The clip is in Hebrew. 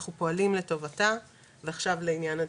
אנחנו פועלים לטובתה ועכשיו לעניין הדיון,